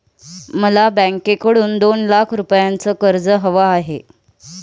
मला बँकेकडून दोन लाख रुपयांचं कर्ज हवं आहे